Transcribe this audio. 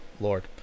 Lord